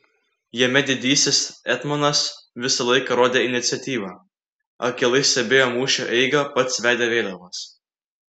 jame didysis etmonas visą laiką rodė iniciatyvą akylai stebėjo mūšio eigą pats vedė vėliavas